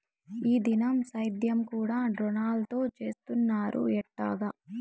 ఈ దినం సేద్యం కూడ డ్రోన్లతో చేస్తున్నారు ఎట్టాగా